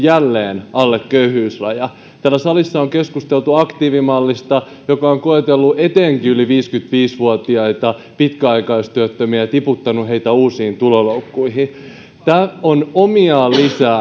jälleen alle köyhyysrajan täällä salissa on keskusteltu aktiivimallista joka on koetellut etenkin yli viisikymmentäviisi vuotiaita pitkäaikaistyöttömiä ja tiputtanut heitä uusiin tuloloukkuihin tämä on omiaan lisäämään